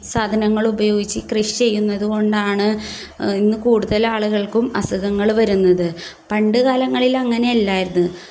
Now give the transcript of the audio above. കൃഷി ചെയ്യുന്നതുകൊണ്ടാണ് ഇന്ന് കൂടുതൽ ആളുകൾക്കും അസുഖങ്ങൾ വരുന്നത് പണ്ടു കാലങ്ങളിലങ്ങനെയല്ലായിരുന്നു